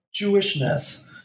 Jewishness